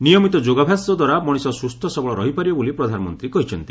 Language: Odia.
ନିୟମିତ ଯୋଗାଭ୍ୟାସଦ୍ୱାରା ମଣିଷ ସ୍ୱସ୍ଥ ସବଳ ରହିପାରିବ ବୋଲି ପ୍ରଧାନମନ୍ତ୍ରୀ କହିଛନ୍ତି